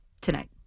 tonight